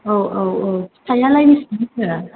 औ औ औ फिथाइयालाय बेसेबांथो